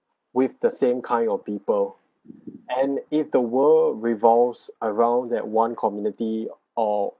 with the same kind of people and if the world revolves around that one community or